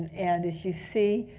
and as you see,